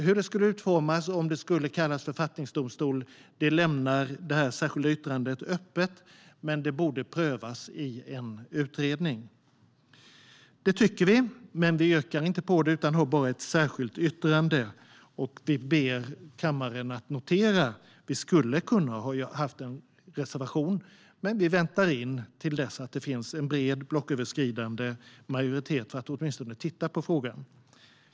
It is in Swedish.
Hur detta skulle utformas om det skulle kallas författningsdomstol lämnar det särskilda yttrandet öppet, men det borde prövas i en utredning. Det tycker vi, men vi yrkar inte på det utan har bara ett särskilt yttrande. Och vi ber kammaren att notera att vi skulle kunnat ha en reservation, men vi väntar till dess att det finns en bred blocköverskridande majoritet för att åtminstone titta på frågan.